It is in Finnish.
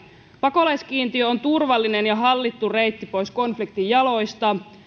pakolaiskiintiö on turvallinen ja hallittu reitti pois konfliktin jaloista